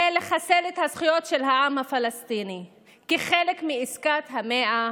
לחסל את הזכויות של העם הפלסטיני כחלק מעסקת המאה